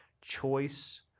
choice